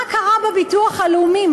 מה קרה בביטוח הלאומי?